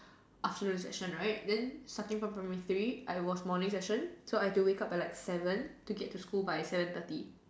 afternoon session right then starting from primary three I was morning session so I have to wake up at like seven to get to school by seven thirty